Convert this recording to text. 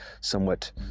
somewhat